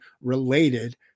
related